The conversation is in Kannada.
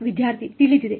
ವಿದ್ಯಾರ್ಥಿ ತಿಳಿದಿದೆ